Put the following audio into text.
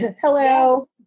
Hello